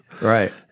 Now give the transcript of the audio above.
right